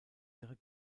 ihrer